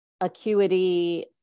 acuity